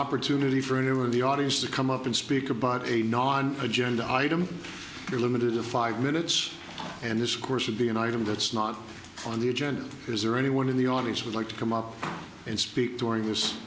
opportunity for any one of the audience to come up and speak about a non agenda item are limited to five minutes and this course would be an item that's not on the agenda is there anyone in the audience would like to come up and speak during this